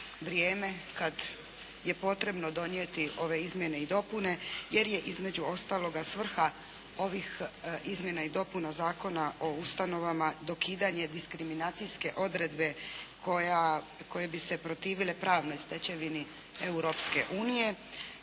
vrijeme kad je potrebno donijeti ove izmjene i dopune jer je između ostaloga svrha ovih izmjena i dopuna Zakona o ustanovama dokidanje diskriminacijske odredbe koje bi se protivile pravnoj stečevini Europske unije.